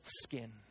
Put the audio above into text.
skin